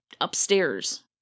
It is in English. upstairs